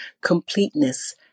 completeness